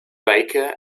baker